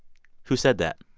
who said that?